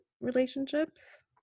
relationships